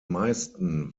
meisten